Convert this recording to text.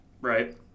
Right